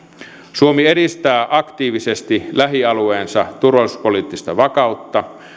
suomi edistää aktiivisesti lähialueensa turvallisuuspoliittista vakautta